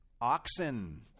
oxen